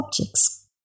objects